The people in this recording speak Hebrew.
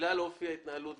בגלל אופי ההתנהלות,